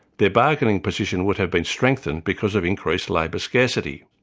their bargaining position would have been strengthened because of increased labour scarcity.